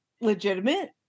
legitimate